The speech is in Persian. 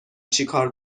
چیکار